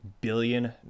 billion